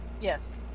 Yes